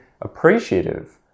appreciative